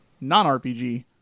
non-RPG